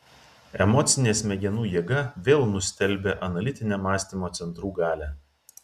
emocinė smegenų jėga vėl nustelbia analitinę mąstymo centrų galią